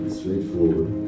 straightforward